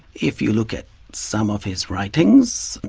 if you look at some of his writings,